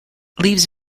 leaves